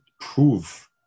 prove